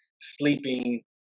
sleeping